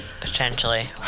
potentially